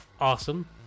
Awesome